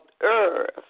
earth